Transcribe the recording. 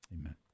Amen